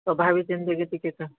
ତ ଭାବି ଚିନ୍ତିକି ଟିକେ ତ